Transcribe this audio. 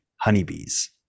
honeybees